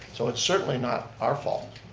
so it's certainly not our fault.